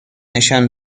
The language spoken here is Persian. نشان